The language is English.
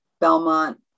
Belmont